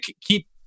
keep